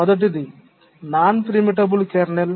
మొదటిది non preemptible kernel